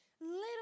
Little